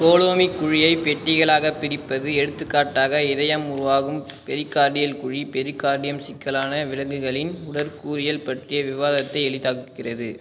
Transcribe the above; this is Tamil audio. கோலோமிக் குழியை பெட்டிகளாகப் பிரிப்பது எடுத்துக்காட்டாக இதயம் உருவாகும் பெரிகார்டியல் குழி பெரிகார்டியம் சிக்கலான விலங்குகளின் உடற்கூறியல் பற்றிய விவாதத்தை எளிதாக்குகிறது